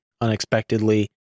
unexpectedly